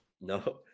no